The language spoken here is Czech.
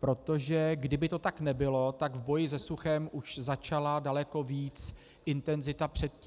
protože kdyby to tak nebylo, tak boj se suchem už začala daleko víc intenzita předtím.